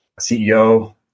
CEO